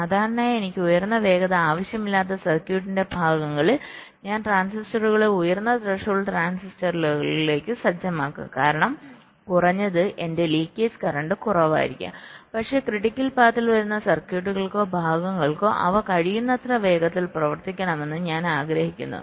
സാധാരണയായി എനിക്ക് ഉയർന്ന വേഗത ആവശ്യമില്ലാത്ത സർക്യൂട്ടിന്റെ ഭാഗങ്ങളിൽ ഞാൻ ട്രാൻസിസ്റ്ററുകളെ ഉയർന്ന ത്രെഷോൾഡ് ട്രാൻസിസ്റ്ററുകളിലേക്ക് സജ്ജമാക്കും കാരണം കുറഞ്ഞത് എന്റെ ലീക്കേജ് കറന്റ് കുറവായിരിക്കും പക്ഷേ ക്രിട്ടിക്കൽ പാത്തിൽ വരുന്ന സർക്യൂട്ടുകൾക്കോ ഭാഗങ്ങൾക്കോ അവ കഴിയുന്നത്ര വേഗത്തിൽ പ്രവർത്തിക്കണമെന്ന് ഞാൻ ആഗ്രഹിക്കുന്നു